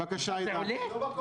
וכל החלוקה